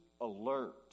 alert